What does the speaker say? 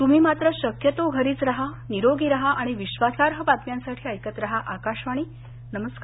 तुम्ही मात्र शक्यतो घरीच राहा निरोगी राहा आणि विश्वासार्ह बातम्यांसाठी ऐकत राहा आकाशवाणी नमस्कार